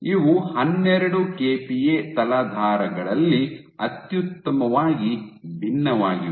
ಇವು ಹನ್ನೆರಡು ಕೆಪಿಎ ತಲಾಧಾರಗಳಲ್ಲಿ ಅತ್ಯುತ್ತಮವಾಗಿ ಭಿನ್ನವಾಗಿವೆ